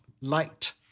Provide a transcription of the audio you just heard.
light